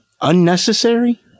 Unnecessary